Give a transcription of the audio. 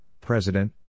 President